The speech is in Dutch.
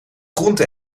groente